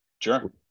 Sure